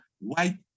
white